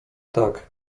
tak